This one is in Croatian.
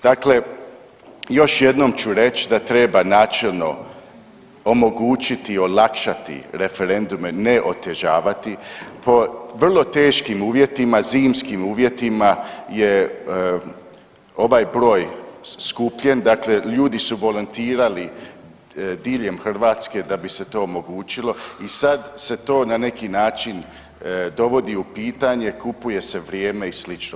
Dakle, još jednom ću reći da treba načelno omogućiti, olakšati referendume ne otežavati po vrlo teškim uvjetima zimskim uvjetima je ovaj broj skupljen, dakle ljudi su volontirali diljem Hrvatske da bi se to omogućilo i sad se to na neki način dovodi u pitanje, kupuje se vrijeme i slično.